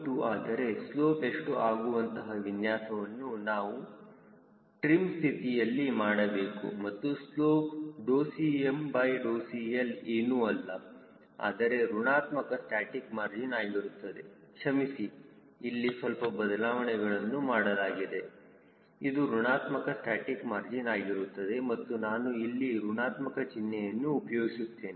2 ಆದರೆ ಸ್ಲೋಪ್ ಎಷ್ಟು ಆಗುವಂತಹ ವಿನ್ಯಾಸವನ್ನು ನಾನು ಟ್ರಿಮ್ ಸ್ಥಿತಿಯಲ್ಲಿ ಮಾಡಬೇಕು ಮತ್ತು ಸ್ಲೋಪ್ CmCL ಏನೂ ಅಲ್ಲ ಆದರೆ ಋಣಾತ್ಮಕ ಸ್ಟಾಸ್ಟಿಕ್ ಮಾರ್ಜಿನ್ ಆಗಿರುತ್ತದೆ ಕ್ಷಮಿಸಿ ಇಲ್ಲಿ ಸ್ವಲ್ಪ ಬದಲಾವಣೆಗಳನ್ನು ಮಾಡಬೇಕಾಗಿದೆ ಇದು ಋಣಾತ್ಮಕ ಸ್ಟಾಸ್ಟಿಕ್ ಮಾರ್ಜಿನ್ ಆಗಿರುತ್ತದೆ ಮತ್ತು ನಾನು ಇಲ್ಲಿ ಋಣಾತ್ಮಕ ಚಿಹ್ನೆಯನ್ನು ಉಪಯೋಗಿಸುತ್ತೇನೆ